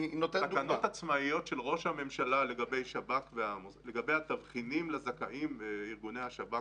התקנות לגבי תבחינים לזכאים בארגוני השב"כ